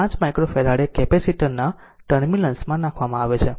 5 microfarad capacitor ના ટર્મિનલ્સમાં નાખવામાં છે